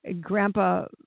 Grandpa